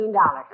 $15